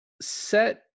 set